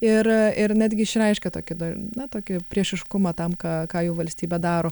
ir ir netgi išreiškia tokį na tokį priešiškumą tam ką ką jų valstybė daro